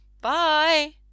Bye